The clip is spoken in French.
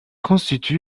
constitue